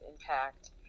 impact